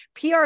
PR